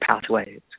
pathways